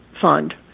Fund